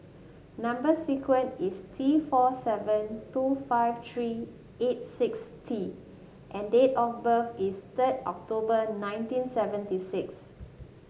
number sequence is T four seven two five three eight six T and date of birth is third October nineteen seventy six